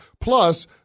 Plus